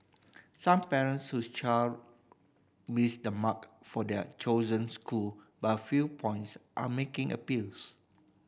some parents whose child missed the mark for their chosen school by a few points are making appeals